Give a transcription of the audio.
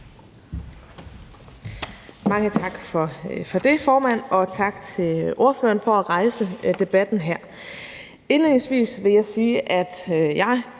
Mange tak for det, formand, og tak til ordføreren for forespørgerne for